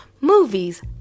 movies